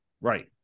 Right